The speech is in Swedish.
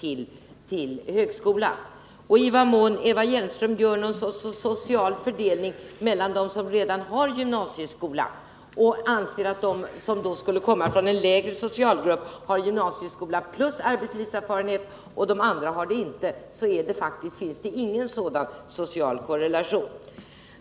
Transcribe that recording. I vad mån Eva Hjelmström gör någon sorts social fördelning inom den gruppen och menar att de som har gymnasieskola plus arbetslivserfarenhet skulle komma från en lägre socialgrupp medan de som saknar arbetslivserfarenhet skulle tillhöra en högre, så vill jag säga att det faktiskt inte finns någon sådan social korrelation.